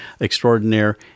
extraordinaire